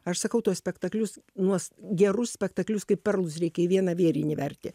aš sakau tuos spektaklius nuos gerus spektaklius kaip perlus reikia į vieną vėrinį verti